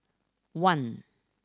one